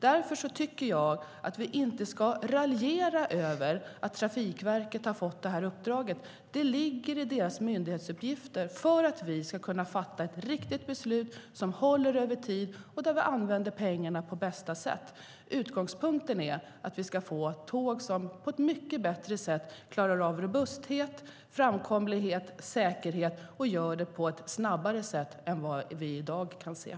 Därför tycker jag att vi inte ska raljera över att Trafikverket har fått det uppdraget. Det är deras myndighetsuppgift för att vi ska kunna fatta ett riktigt beslut som håller över tid och där pengarna används på bästa sätt. Utgångspunkten är att vi ska få tåg som på ett mycket bättre sätt klarar av robusthet, framkomlighet, säkerhet, allt detta på ett snabbare sätt än vad som är fallet i dag.